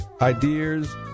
ideas